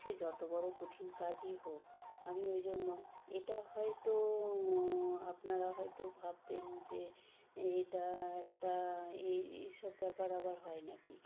সে যত বড়ো কঠিন কাজই হোক আমি ওই জন্য এটা হয়তো আপনারা হয়তো ভাববেন যে এটা একটা এ এসব ব্যাপার আবার হয় না কি